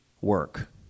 work